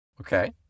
Okay